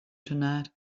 tonight